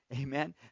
amen